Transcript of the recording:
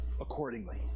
accordingly